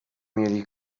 mieli